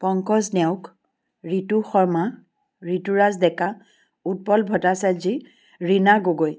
Pankaj Neog Ritu Sharma Rituraj Deka Utpal Bhattacharya Reena Gogoi